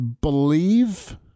believe